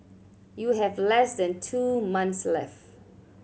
you have less than two months left